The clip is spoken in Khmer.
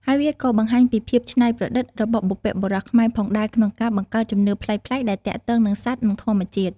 ហើយវាក៏បង្ហាញពីភាពច្នៃប្រឌិតរបស់បុព្វបុរសខ្មែរផងដែរ ក្នុងការបង្កើតជំនឿប្លែកៗដែលទាក់ទងនឹងសត្វនិងធម្មជាតិ។